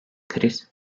kriz